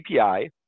API